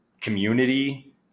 community